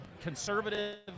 conservative